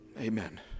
Amen